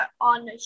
on